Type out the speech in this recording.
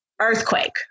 earthquake